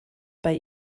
bei